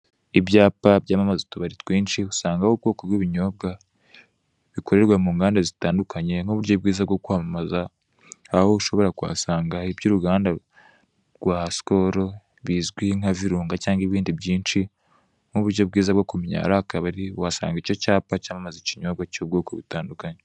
Ibyapa byamamaza utubari twinshi usangaho ubwoko bw'ibinyobwa bikorerwa munganda zitandukanye nk'uburyo bwiza bwo kwamamaza, aho ushobora kuhasanga iby'uruganda rwa SKOL bizwi nka VIRUNGA cyangwa ibindi byinshi nk'uburyo bwiza bwo kumenya ahari akabari uhasanga icyo cyapa cyamamaza ikinyobwa cy'ubwoko bitandukanye.